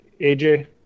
AJ